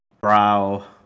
brow